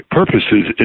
purposes